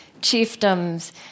Chiefdoms